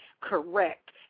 correct